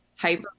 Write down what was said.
type